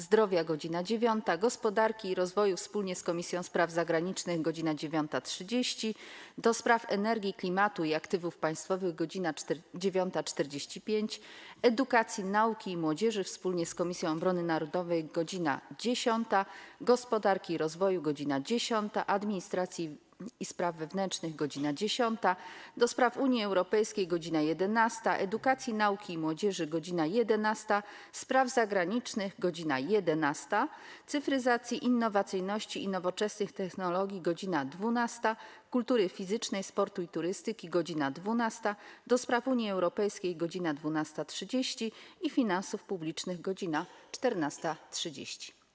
Zdrowia - godz. 9, - Gospodarki i Rozwoju wspólnie z Komisją Spraw Zagranicznych - godz. 9.30, - do Spraw Energii, Klimatu i Aktywów Państwowych - godz. 9.45, - Edukacji, Nauki i Młodzieży wspólnie z Komisją Obrony Narodowej - godz. 10, - Gospodarki i Rozwoju - godz. 10, - Administracji i Spraw Wewnętrznych - godz. 10, - do Spraw Unii Europejskiej - godz. 11, - Edukacji, Nauki i Młodzieży - godz. 11, - Spraw Zagranicznych - godz. 11, - Cyfryzacji, Innowacyjności i Nowoczesnych Technologii - godz. 12, - Kultury Fizycznej, Sportu i Turystyki - godz. 12, - do Spraw Unii Europejskiej - godz. 12.30, - Finansów Publicznych - godz. 14.30.